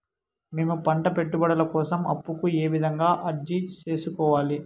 మేము పంట పెట్టుబడుల కోసం అప్పు కు ఏ విధంగా అర్జీ సేసుకోవాలి?